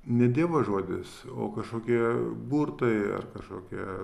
ne dievo žodis o kažkokie burtai ar kažkokie